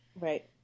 Right